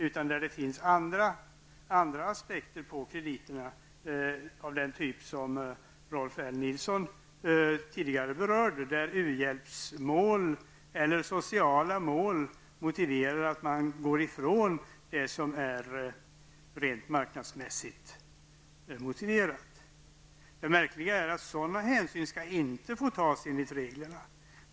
Det kan finnas andra aspekter på krediterna av det slag som Rolf L Nilson tidigare berörde. U-hjälpsmål eller sociala mål kan motivera att man går ifrån det som är rent marknadsmässigt. Det märkliga är att sådana hänsyn inte skall få tas enligt reglerna.